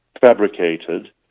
fabricated